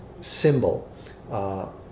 symbol